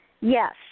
Yes